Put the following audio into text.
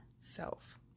self